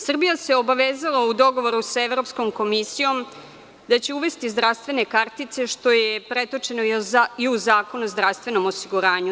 Srbija se obavezala u dogovoru sa Evropskom komisijom da će uvesti zdravstvene kartice, što je pretočeno i u Zakon o zdravstvenom osiguranju.